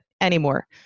anymore